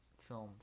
film